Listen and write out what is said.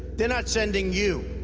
they're not sending you,